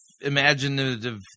imaginative